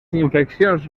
infeccions